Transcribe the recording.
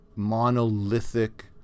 monolithic